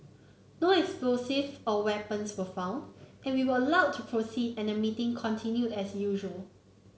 no explosive or weapons were found and we were allowed to proceed and the meeting continued as usual